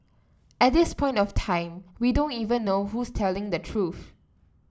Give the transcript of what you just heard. at this point of time we don't even know who's telling the truth